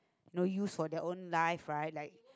know use for their own life right like